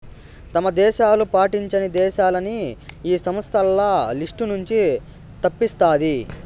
తమ ఆదేశాలు పాటించని దేశాలని ఈ సంస్థ ఆల్ల లిస్ట్ నుంచి తప్పిస్తాది